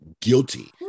guilty